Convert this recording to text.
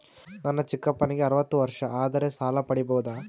ನನ್ನ ಚಿಕ್ಕಪ್ಪನಿಗೆ ಅರವತ್ತು ವರ್ಷ ಆದರೆ ಸಾಲ ಪಡಿಬೋದ?